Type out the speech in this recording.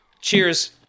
Cheers